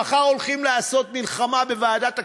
מחר הולכים לעשות מלחמה בוועדת הכנסת,